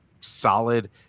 solid